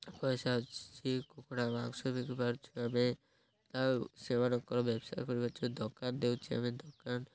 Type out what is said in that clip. ପଇସା ଅଛି କୁକୁଡ଼ା ମାଂସ ବିିକି ପାରୁଛୁ ଆମେ ଆଉ ସେମାନଙ୍କର ବ୍ୟବସାୟ କରିପାରୁଛୁ ଦୋକାନ ଦେଉଛି ଆମେ ଦୋକାନ